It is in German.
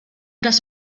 das